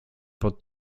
pod